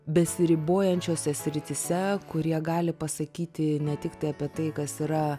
besiribojančiose srityse kurie gali pasakyti ne tiktai apie tai kas yra